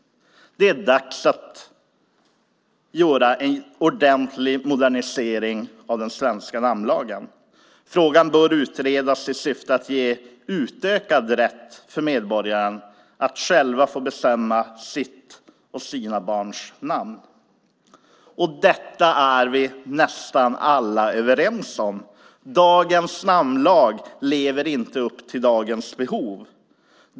Det är dags för en ordentlig modernisering av den svenska namnlagen. Frågan bör utredas i syfte att ge utökad rätt för medborgaren att själv få bestämma sitt eget och sina barns namn. Om detta är vi nästan alla överens om. Dagens namnlag lever inte upp till dagens behov.